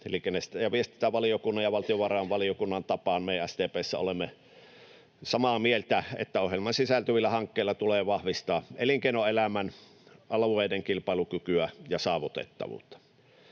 Viestintävaliokunnan ja valtiovarainvaliokunnan tapaan me SDP:ssä olemme samaa mieltä, että ohjelmaan sisältyvillä hankkeilla tulee vahvistaa elinkeinoelämän ja alueiden kilpailukykyä ja saavutettavuutta.